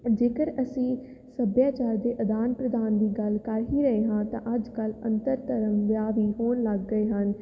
ਜੇਕਰ ਅਸੀਂ ਸੱਭਿਆਚਾਰ ਦੇ ਅਦਾਨ ਪ੍ਰਦਾਨ ਦੀ ਗੱਲ ਕਰ ਹੀ ਰਹੇ ਹਾਂ ਤਾਂ ਅੱਜ ਕੱਲ੍ਹ ਅੰਤਰ ਧਰਮ ਵਿਆਹ ਵੀ ਹੋਣ ਲੱਗ ਗਏ ਹਨ